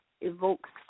evokes